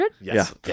Yes